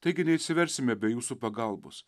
taigi neišsiversime be jūsų pagalbos